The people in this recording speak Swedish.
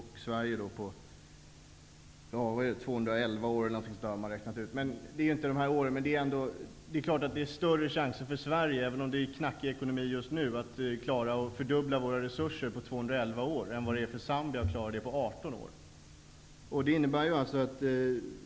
I Sverige tar det Det är större chanser för Sverige, även om ekonomin är knackig just nu, att klara att fördubbla våra resurser på 211 år än vad det är för Zambia att klara det 18 år.